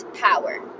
power